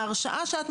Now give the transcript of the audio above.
לבצע,